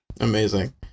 amazing